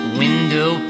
window